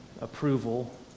approval